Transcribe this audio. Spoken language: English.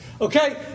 Okay